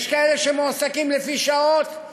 יש כאלה שמועסקים לפי שעות,